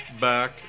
back